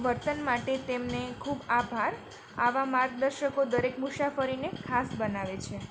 વર્તન માટે તેમને ખૂબ આભાર આવા માર્ગદર્શકો દરેક મુસાફરીને ખાસ બનાવે છે